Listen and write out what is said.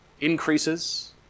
increases